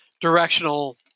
directional